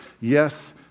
Yes